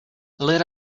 let